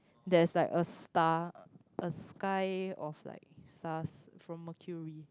there's like a star a sky of like stars from mercury